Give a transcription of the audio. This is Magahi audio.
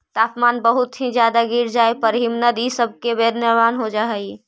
तापमान बहुत ही ज्यादा गिर जाए पर हिमनद इ सब के निर्माण हो जा हई